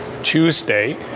Tuesday